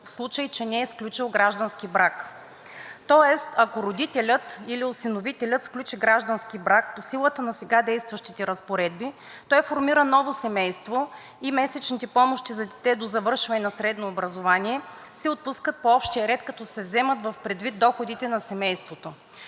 в случай че не е сключил граждански брак. Тоест, ако родителят или осиновителят сключи граждански брак, по силата на сега действащите разпоредби той формира ново семейство и месечните помощи за дете до завършване на средно образование се отпускат по общия ред, като се вземат предвид доходите на семейството.